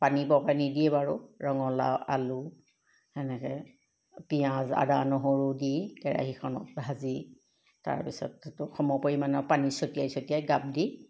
পানী বৰকৈ নিদিয়ে বাৰু ৰঙালাও আলু তেনেকৈ পিঁয়াজ আদা নহৰু দি কেৰাহিখনত ভাজি তাৰপিছত সেইটো সমপৰিমাণৰ পানী ছটিয়াই ছটিয়াই গাপ দি